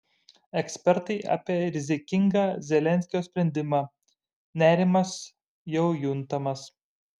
ekspertai apie rizikingą zelenskio sprendimą nerimas jau juntamas